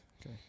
Okay